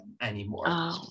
anymore